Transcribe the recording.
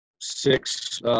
six